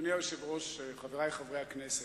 אדוני היושב-ראש, חברי חברי הכנסת,